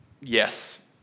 yes